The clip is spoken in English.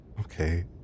Okay